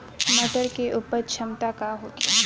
मटर के उपज क्षमता का होखे?